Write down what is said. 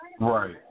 Right